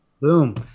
boom